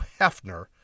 Hefner